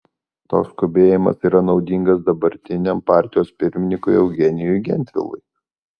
toks skubėjimas yra naudingas dabartiniam partijos pirmininkui eugenijui gentvilui